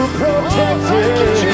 protected